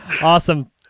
Awesome